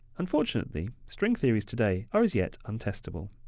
unfortunately, string theories today are, as yet, untestable.